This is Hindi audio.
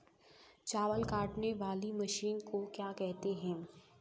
चावल काटने वाली मशीन को क्या कहते हैं?